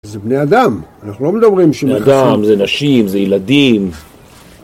זה בני אדם, אנחנו לא מדברים שם. זה בני אדם, זה נשים, זה ילדים.